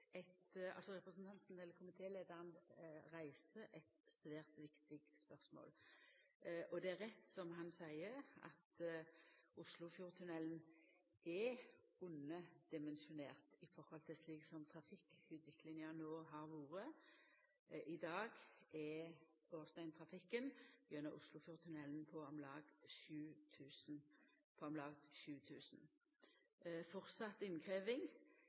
eit svært viktig spørsmål. Det er rett, som han seier, at Oslofjordtunnelen er underdimensjonert i forhold til slik trafikkutviklinga no har vore. I dag er årsdøgntrafikken gjennom Oslofjordtunnelen på om lag 7 000. Å halda fram med innkrevjing av bompengar der må ein difor sjå i samanheng med utviklinga av trafikken gjennom